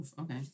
Okay